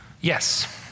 Yes